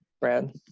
Brad